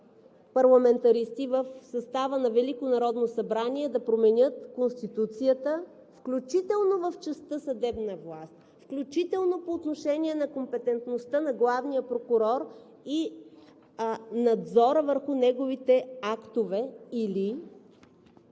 парламентаристи в състава на Велико народно събрание да променят Конституцията, включително в частта „Съдебна власт“, включително по отношение на компетентността на главния прокурор и надзора върху неговите актове или